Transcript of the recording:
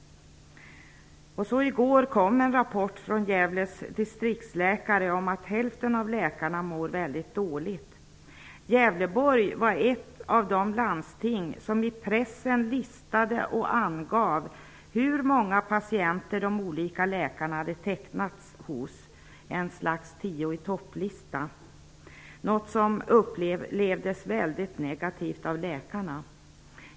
I går kom en rapport från Gävles distriktsläkare om att hälften av läkarna mår väldigt dåligt. Gävleborg var ett av de landsting som i pressen listade och angav hur många patienter som hade tecknat sig hos de olika läkarna -- ett slags tio-i-topp-lista. Det upplevdes väldigt negativt av läkarna.